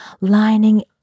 lining